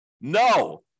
No